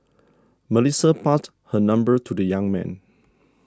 Melissa passed her number to the young man